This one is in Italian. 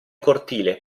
cortile